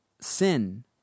sin